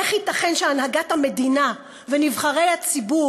איך ייתכן שהנהגת המדינה ונבחרי הציבור